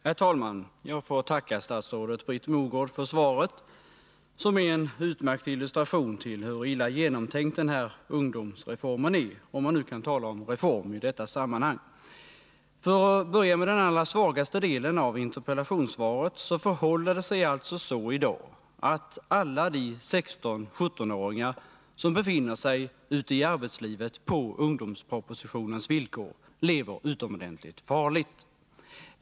Herr talman! Jag får tacka statsrådet Britt Mogård för svaret, som är en utmärkt illustration till hur illa genomtänkt den här ungdomsreformen är — om man nu kan tala om reform i detta sammanhang. För att börja med den allra svagaste delen av interpellationssvaret vill jag peka på att det i dag förhåller sig så, att alla de 16-17-åringar som befinner sig ute i arbetslivet på ungdomspropositionens villkor lever utomordentligt farligt.